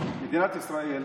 מדינת ישראל,